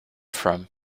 from